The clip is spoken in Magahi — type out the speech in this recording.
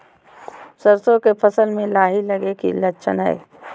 सरसों के फसल में लाही लगे कि लक्षण हय?